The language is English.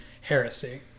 heresy